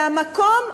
והמקום,